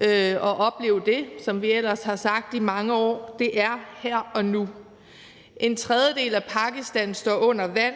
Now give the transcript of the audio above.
at opleve det, som vi ellers har sagt i mange år. Det er her og nu. En tredjedel af Pakistan står under vand,